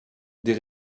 des